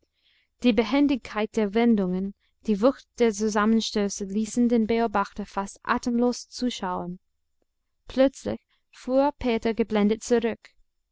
die behendigkeit der wendungen die wucht der zusammenstöße ließen den beobachter fast atemlos zuschauen plötzlich fuhr peter geblendet zurück